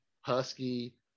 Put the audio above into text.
Husky